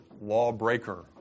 lawbreaker